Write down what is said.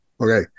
Okay